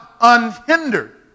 unhindered